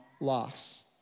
loss